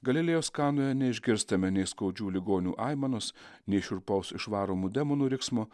galilėjos kanoje neišgirstame nei skaudžių ligonių aimanos nei šiurpaus išvaromų demonų veiksmo